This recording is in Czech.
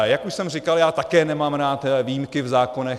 Jak už jsem říkal, já také nemám rád výjimky v zákonech.